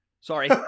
Sorry